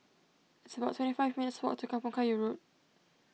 it's about twenty five minutes' walk to Kampong Kayu Road